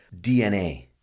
DNA